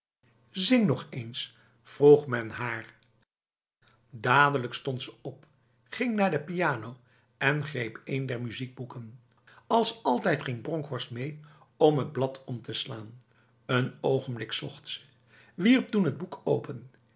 zing nog eens vroeg men haar dadelijk stond ze op ging naar de piano en greep een der muziekboeken als altijd ging bronkhorst mee om t blad om te slaan een ogenblik zocht ze wierp toen t boek open